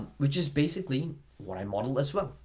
which is basically what i modeled as well,